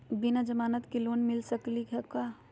बिना जमानत के लोन मिली सकली का हो?